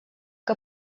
que